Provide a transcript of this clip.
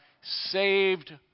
saved